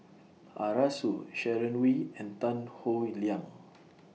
Arasu Sharon Wee and Tan Howe Liang